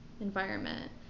environment